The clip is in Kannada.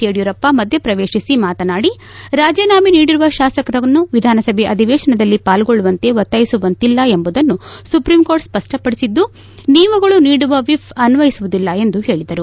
ಯಡಿಯೂರಪ್ಪ ಮಧ್ಯೆ ಪ್ರವೇಶಿಸಿ ಮಾತನಾಡಿ ರಾಜೀನಾಮೆ ನೀಡಿರುವ ಶಾಸಕರನ್ನು ವಿಧಾನಸಭೆ ಅಧಿವೇಶನದಲ್ಲಿ ಪಾಲ್ಗೊಳ್ಳುವಂತೆ ಒತ್ತಾಯಿಸುವಂತಿಲ್ಲ ಎಂಬುದನ್ನು ಸುಪ್ರೀಂ ಕೋರ್ಟ್ ಸಪ್ಪಪಡಿಸಿದ್ದು ನೀವುಗಳು ನೀಡುವ ಎಪ್ ಅನ್ವಯಿಸುವುದಿಲ್ಲ ಎಂದು ಹೇಳಿದರು